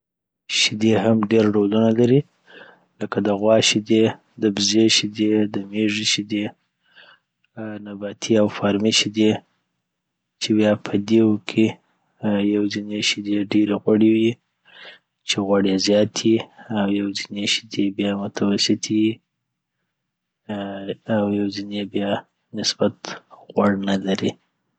شيدې هم ډير ډولونه لري لکه د غوا شیدی، دبزې شیدې، د میږې شیدې، آ نباتي او فارمي شیدې، چی بیا پدی وو کي آ یو ځیني شيدې ډیرې غوړي یی چي غوړ یی زیات یی او یو ځیني شیدې بیا متوسطې یی او یو ځینې بیا نسبت غوړ نلري